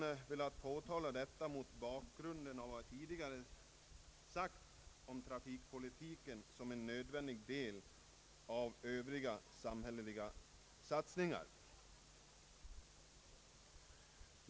Jag har velat påtala detta mot bakgrunden av vad jag tidigare sagt om trafikpolitiken som en nödvändig del av övriga samhälleliga satsningar.